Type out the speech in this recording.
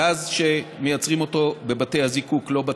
גז שמייצרים אותו בבתי הזיקוק, לא בטבע.